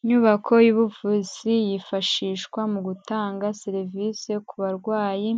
Inyubako y'ubuvuzi, yifashishwa mu gutanga serivisi ku barwayi,